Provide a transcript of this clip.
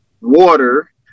water